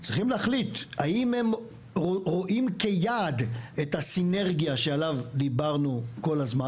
צריכים להחליט האם הם רואים כיעד את הסינרגיה שעליה דיברנו כל הזמן,